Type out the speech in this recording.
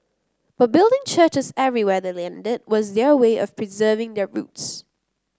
but building churches everywhere their landed was their way of preserving their roots